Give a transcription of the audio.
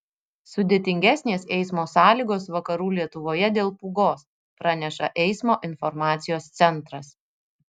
sudėtingesnės eismo sąlygos vakarų lietuvoje dėl pūgos praneša eismo informacijos centras